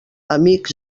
amics